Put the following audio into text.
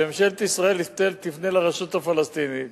שממשלת ישראל תפנה לרשות הפלסטינית